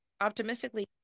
optimistically